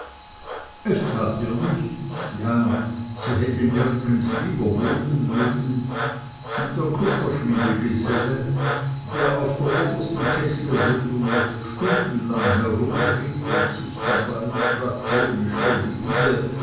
es tat ihr nichts ja sie hätte nirgends lieber wohnen mögen und der kupferschmiedegeselle der auf der obersten kesselrundung oft stundenlang herumritt und sich dabei in platonischer liebe